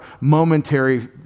momentary